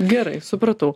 gerai supratau